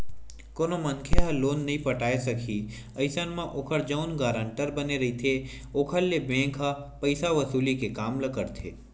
कोनो मनखे ह लोन नइ पटाय सकही अइसन म ओखर जउन गारंटर बने रहिथे ओखर ले बेंक ह पइसा वसूली के काम ल करथे